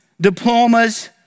diplomas